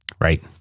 Right